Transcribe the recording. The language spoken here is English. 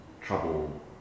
trouble